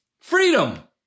freedom